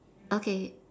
okay